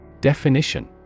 Definition